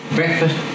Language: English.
breakfast